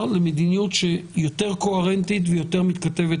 למדיניות שהיא יותר קוהרנטית ויותר מתכתבת,